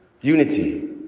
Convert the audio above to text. unity